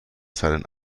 seinen